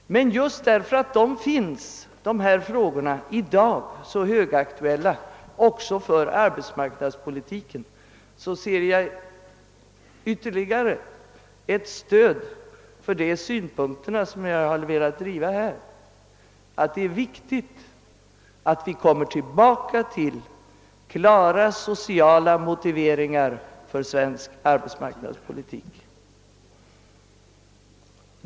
Just däri att dessa frågor är så högaktuella för arbetsmarknadspolitiken ser jag ytterligare ett stöd för de synpunkter jag velat driva — att det är viktigt att vi kommer tillbaka till klara sociala motiveringar för svensk arbetsmarknadspolitik.